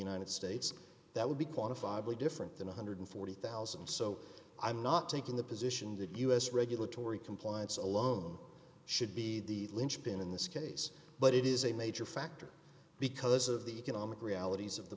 united states that would be quantified way different than one hundred and forty thousand dollars so i'm not taking the position that u s regulatory compliance alone should be the linchpin in this case but it is a major factor because of the economic realities of the